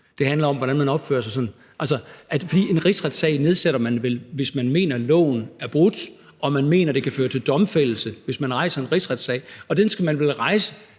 Det handler om, hvordan man opfører sig. Altså, en rigsretssag rejser man vel, hvis man mener, at loven er brudt, og man mener, det kan føre til domfældelse, hvis man rejser en rigsretssag. Og sammenlignelige